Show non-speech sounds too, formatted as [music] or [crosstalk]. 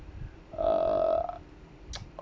uh [noise]